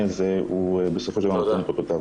הזה בסופו של דבר נותן את אותותיו.